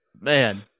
Man